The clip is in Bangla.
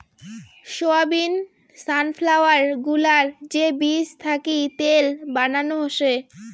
সয়াবিন, সানফ্লাওয়ার গুলার যে বীজ থাকি তেল বানানো হসে